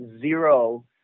zero